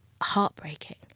heartbreaking